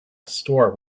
store